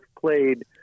played